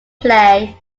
play